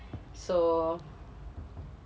so